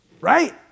Right